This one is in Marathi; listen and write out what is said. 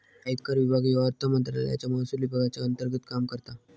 आयकर विभाग ह्यो अर्थमंत्रालयाच्या महसुल विभागाच्या अंतर्गत काम करता